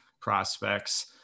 prospects